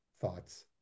Thoughts